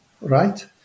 right